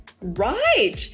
Right